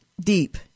deep